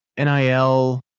NIL